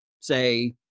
say